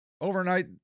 overnight